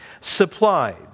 supplied